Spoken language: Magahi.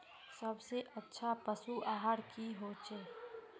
सबसे अच्छा पशु आहार की होचए?